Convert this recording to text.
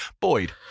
Boyd